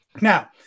Now